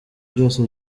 byose